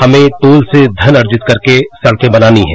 हमें टोल से धन अर्जित करके सड़कें बनानी है